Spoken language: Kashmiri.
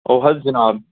اَوٕ حظ جِناب